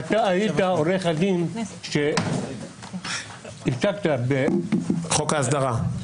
אתה היית עורך הדין, שהצגת --- בחוק ההסדרה.